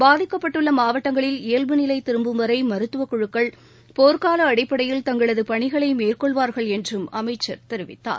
பாதிக்கப்பட்டுள்ள மாவட்டங்களில் இயல்பு நிலை திரும்பும்வரை மருத்துவக்குழுக்கள் போர்கால அடிப்படையில் தங்களது பணிகளை மேற்கொள்வார்கள் என்றும் அமைச்சர் தெரிவித்தார்